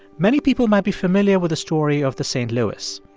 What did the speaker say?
many people might be familiar with the story of the st. louis.